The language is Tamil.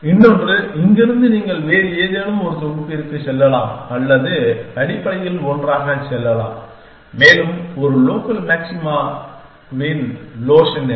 இன்னொன்று இங்கிருந்து நீங்கள் வேறு ஏதேனும் ஒரு தொகுப்பிற்குச் செல்லலாம் அல்லது அடிப்படையில் ஒன்றாகச் செல்லலாம் மேலும் ஒரு லோக்கல் மாக்சிமாவின் லோஷன் என்ன